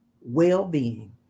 well-being